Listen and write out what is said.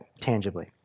tangibly